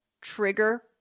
trigger